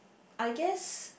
I guess